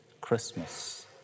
Christmas